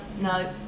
no